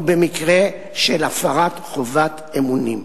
או במקרה של הפרת חובת אמונים.